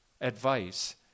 advice